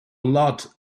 lot